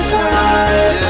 time